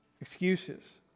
excuses